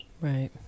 Right